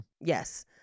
Yes